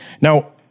Now